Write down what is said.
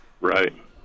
Right